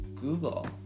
Google